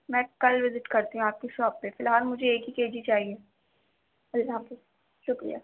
میں کل وزٹ کرتی ہوں آپ کی شاپ پہ فی الحال مجھے ایک ہی کے جی چاہیے اللہ حافظ شکریہ